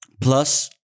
Plus